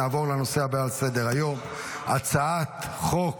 נעבור לנושא הבא על סדר-היום: הצעת חוק